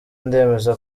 ndemeza